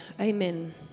Amen